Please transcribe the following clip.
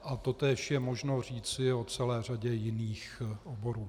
A totéž je možno říci o celé řadě jiných oborů.